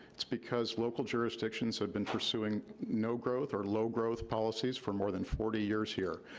it's because local jurisdictions have been pursuing no growth or low growth policies for more than forty years here.